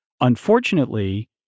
Unfortunately